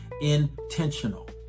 intentional